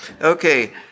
okay